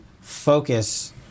focus